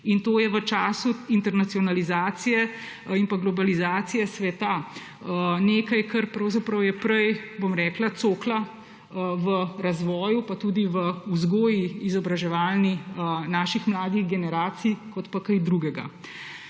In to je v času internacionalizacije in pa globalizacije sveta nekaj, kar pravzaprav je prej cokla v razvoju pa tudi v izobraževalni vzgoji naših mladih generacij kot pa kaj drugega.